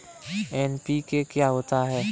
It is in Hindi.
एन.पी.के क्या होता है?